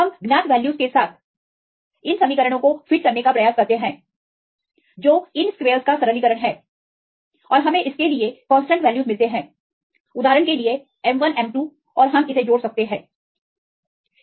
हम ज्ञात वैल्यूज के साथ इन समीकरणों को फिट करने का प्रयास करते हैं जो इन स्क़्वेयर्स का सरलीकरण है और हमें इसके लिए कांस्टेंट वैल्यूज मिलते हैं उदाहरण के लिए m1 m2 और हम इसे जोड़ सकते हैं